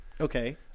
Okay